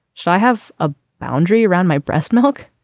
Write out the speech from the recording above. should i have a boundary around my breast milk